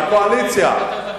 הקואליציה.